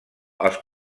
els